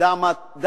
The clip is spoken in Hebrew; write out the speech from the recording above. "דע מה תשיב",